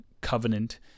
Covenant